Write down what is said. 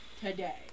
today